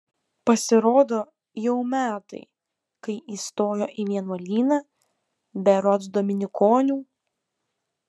pasirodo jau metai kai įstojo į vienuolyną berods dominikonių